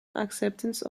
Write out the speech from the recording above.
acceptance